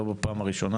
זו לא הפעם הראשונה,